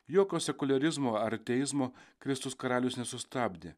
jokio sekuliarizmo ar ateizmo kristus karalius nesustabdė